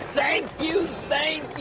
thank you! thank